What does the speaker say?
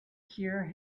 hear